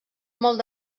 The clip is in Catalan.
molt